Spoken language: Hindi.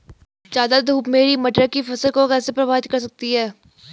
ज़्यादा धूप मेरी मटर की फसल को कैसे प्रभावित कर सकती है?